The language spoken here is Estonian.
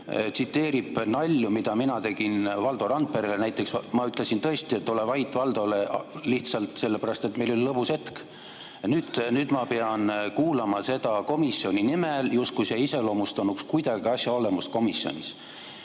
tsiteerib nalju, mida mina tegin. Valdo Randperele ma tõesti ütlesin, et ole vait, Valdo – lihtsalt sellepärast, et meil oli lõbus hetk. Nüüd ma pean kuulama seda komisjoni nimel [juttu], justkui see iseloomustaks kuidagi asja olemust komisjonis.